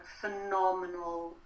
phenomenal